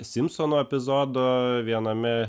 simpsonų epizodo viename